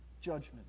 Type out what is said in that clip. judgment